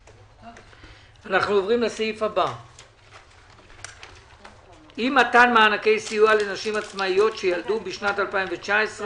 10:49.